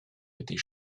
était